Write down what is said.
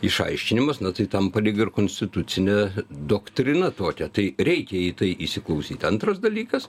išaiškinimas na tai tampa lyg ir konstitucine doktrina tokia tai reikia į tai įsiklausyt antras dalykas